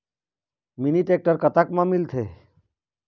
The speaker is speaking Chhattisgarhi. मिनी टेक्टर कतक म मिलथे?